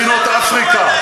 מדינות אפריקה,